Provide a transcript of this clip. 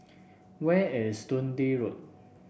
where is Dundee Road